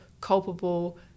culpable